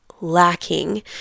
lacking